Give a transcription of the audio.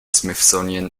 smithsonian